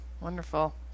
wonderful